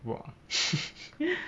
!wah!